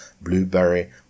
blueberry